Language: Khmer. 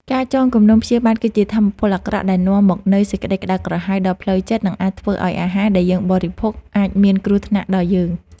ការចងគំនុំព្យាបាទគឺជាថាមពលអាក្រក់ដែលនាំមកនូវសេចក្តីក្តៅក្រហាយដល់ផ្លូវចិត្ត និង អាចធ្វើឱ្យអាហារដែលយើងបរិភោគ អាចមានគ្រោះថ្នាក់ដល់យើង។